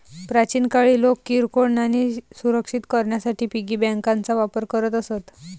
प्राचीन काळी लोक किरकोळ नाणी सुरक्षित करण्यासाठी पिगी बँकांचा वापर करत असत